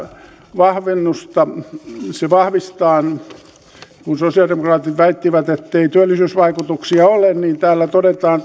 vahvennusta se vahvistaa kun sosialidemokraatit väittivät ettei työllisyysvaikutuksia ole niin täällä todetaan